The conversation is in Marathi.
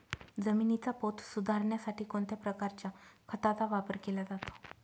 जमिनीचा पोत सुधारण्यासाठी कोणत्या प्रकारच्या खताचा वापर केला जातो?